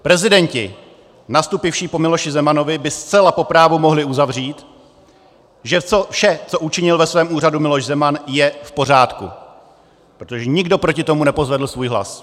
Prezidenti nastoupivší po Miloši Zemanovi by zcela po právu mohli uzavřít, že vše, co učinil ve svém úřadu Miloš Zeman, je v pořádku, protože nikdo proti tomu nepozvedl svůj hlas.